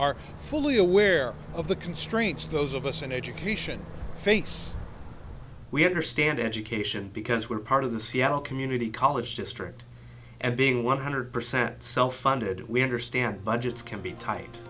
are fully aware of the constraints those of us in education face we understand education because we're part of the seattle community college district and being one hundred percent self funded we understand budgets can be tight